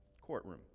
courtroom